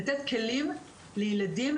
לתת כלים לילדים,